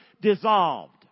dissolved